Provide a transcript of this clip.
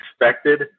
expected